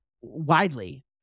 widely